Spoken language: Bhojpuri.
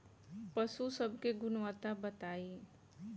पशु सब के गुणवत्ता बताई?